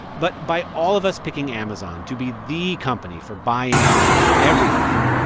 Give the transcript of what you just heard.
but by all of us picking amazon to be the company for buying everything,